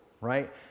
right